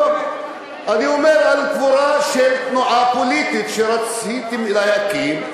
אני אומר על קבורה של תנועה פוליטית שרציתם להקים,